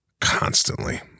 constantly